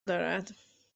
دارد